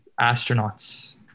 astronauts